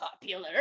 popular